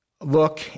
look